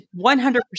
100%